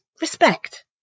respect